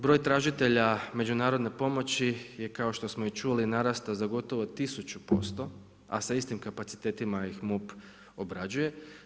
Broj tražitelja međunarodne pomoći je kao što smo čuli narasta za gotovo 1000% a sa istim kapacitetima ih MUP obrađuje.